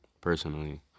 personally